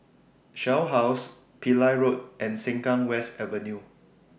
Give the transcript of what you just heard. Shell House Pillai Road and Sengkang West Avenue